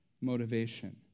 motivation